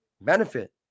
benefit